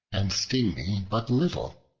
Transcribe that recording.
and sting me but little,